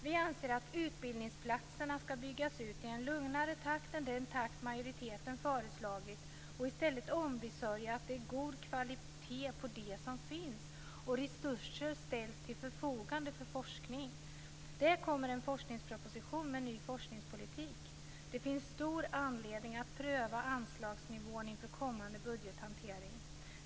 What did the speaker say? Vi anser att utbildningsplatserna skall byggas ut i en lugnare takt än den takt majoriteten har föreslagit och i stället ombesörja att det är god kvalitet på de som finns och att resurser ställs till förfogande för forskning. Det kommer en forskningsproposition med ny forskningspolitik. Det finns stor anledning att pröva anslagsnivån inför kommande budgethantering.